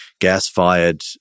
gas-fired